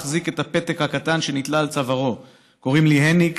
מחזיק את הפתק שנתלה על צווארו: "קוראים לי הניק.